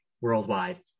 worldwide